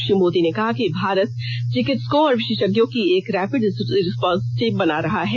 श्री मोदी ने कहा कि भारत चिकित्सकों और विशेषज्ञों की एक रैपिड रिस्पांस टीम बना रहा है